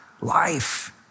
life